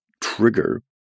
trigger